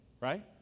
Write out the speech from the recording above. Right